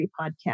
podcast